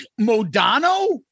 Modano